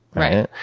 right.